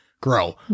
grow